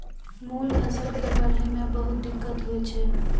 मूल फसल कॅ बढ़ै मॅ बहुत दिक्कत होय छै